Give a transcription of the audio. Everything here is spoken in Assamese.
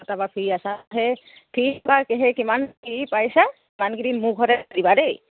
তপা ফ্ৰী আছে সেই